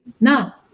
Now